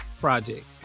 project